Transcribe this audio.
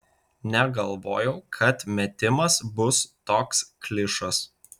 negalvojau kad metimas bus toks klišas